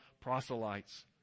proselytes